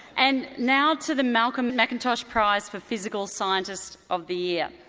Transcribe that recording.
and now to the malcolm mcintosh prize for physical scientist of the year.